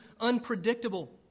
unpredictable